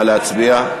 נא להצביע.